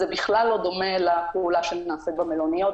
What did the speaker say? זה בכלל לא דומה לפעולה שנעשית במלוניות,